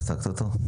קטענו אותו.